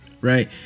right